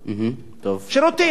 שירותים.